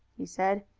he said,